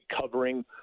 covering